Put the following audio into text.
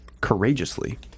courageously